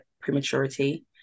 prematurity